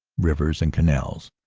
rivers and canals,